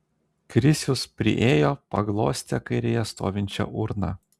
krisius priėjo paglostė kairėje stovinčią urną